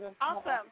Awesome